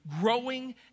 growing